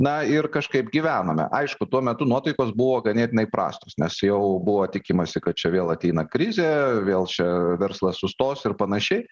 na ir kažkaip gyvenome aišku tuo metu nuotaikos buvo ganėtinai prastos nes jau buvo tikimasi kad čia vėl ateina krizė vėl čia verslas sustos ir panašiai